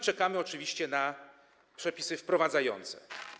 Czekamy oczywiście na przepisy wprowadzające.